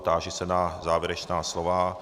Táži se na závěrečná slova.